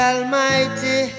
Almighty